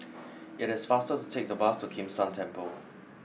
it is faster to take the bus to Kim San Temple